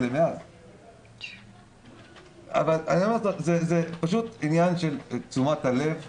אנחנו שכרנו את שירותיו הטובים של יהודה לדרבן את משרדי הממשלה